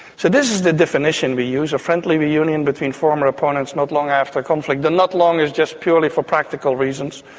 so this is the definition we use, a friendly reunion between former opponents not long after conflict. and not long is just purely for practical reasons,